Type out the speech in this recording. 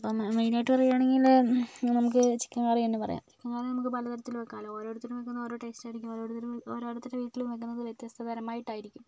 അപ്പോൾ മെയിൻ ആയിട്ട് പറയുകയാണെങ്കിൽ നമുക്ക് ചിക്കൻ കറി തന്നെ പറയാം ചിക്കൻ നമുക്ക് പല തരത്തിൽ വെക്കാമല്ലോ ഓരോരുത്തർ വെക്കുന്നത് ഒരോ ടേസ്റ്റ് ആയിരിക്കും ഓരോരുത്തരുടെ വീട്ടിൽ വെക്കുന്നത് വ്യത്യസ്ത തരമായിട്ടായിരിക്കും